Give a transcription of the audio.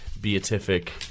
beatific